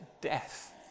death